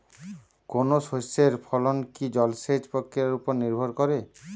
কোনো শস্যের ফলন কি জলসেচ প্রক্রিয়ার ওপর নির্ভর করে?